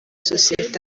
sosiyete